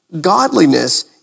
godliness